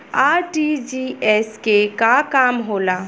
RTGS के का काम होला?